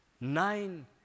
Nine